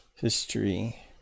History